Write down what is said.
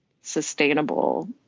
sustainable